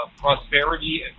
prosperity